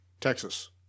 Texas